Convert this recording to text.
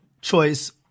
Choice